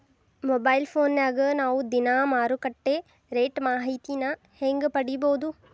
Mobile ಫೋನ್ಯಾಗ ನಾವ್ ದಿನಾ ಮಾರುಕಟ್ಟೆ ರೇಟ್ ಮಾಹಿತಿನ ಹೆಂಗ್ ಪಡಿಬೋದು?